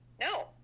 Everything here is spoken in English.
No